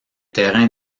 terrains